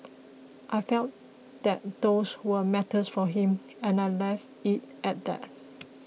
I felt that those were matters for him and I left it at that